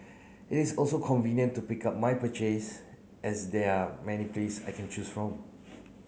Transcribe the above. it is also convenient to pick up my purchase as there are many place I can choose from